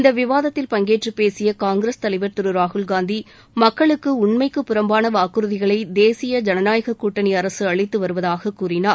இந்த விவாதத்தில் பங்கேற்று பேசிய காங்கிரஸ் தலைவர் திரு ராகுல்காந்தி மக்களுக்கு உண்மைக்கு புறம்பான வாக்குறுதிகளை தேசிய ஜனநாயக கூட்டணி அரசு அளித்து வருவதாக கூறினார்